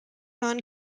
non